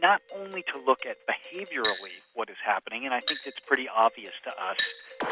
not only to look at behaviourally what is happening, and i think it's pretty obvious to us